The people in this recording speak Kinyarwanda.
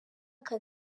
aka